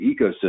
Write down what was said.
ecosystem